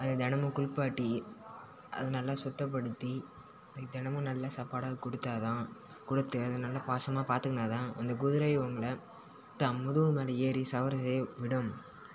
அதை தினமும் குளிப்பாட்டி அது நல்லா சுத்தப்படுத்தி அதுக்கு தினமும் நல்ல சாப்பாடாக கொடுத்தாதான் கொடுத்து அதை நல்ல பாசமாக பார்த்துகுனா தான் அந்த குதிரயும் உங்களை தான் முதுகு மேலே ஏறி சவாரி செய்ய விடும்